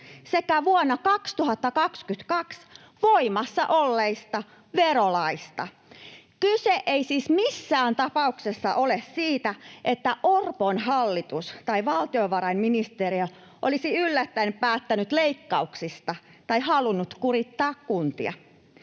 sekä vuonna 2022 voimassa olleista verolaeista. Kyse ei siis missään tapauksessa ole siitä, että Orpon hallitus tai valtiovarainministeriö olisi yllättäen päättänyt leikkauksista tai halunnut kurittaa kuntia.